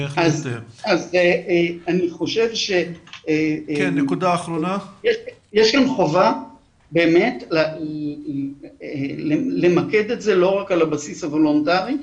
אז אני חושב שיש כאן חובה באמת למקד את זה לא רק על הבסיס הוולונטרי,